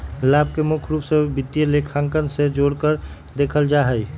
लाभ के मुख्य रूप से वित्तीय लेखांकन से जोडकर देखल जा हई